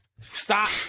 Stop